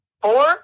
four